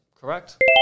Correct